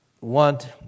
want